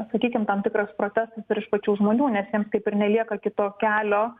sakykim tam tikras protestas ir iš pačių žmonių nes jiems kaip ir nelieka kito kelio